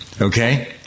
Okay